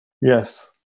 Yes